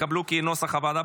כנוסח הוועדה,